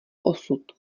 osud